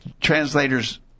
translators